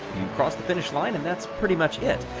cross the finish line, and that's pretty much it.